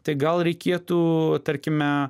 tai gal reikėtų tarkime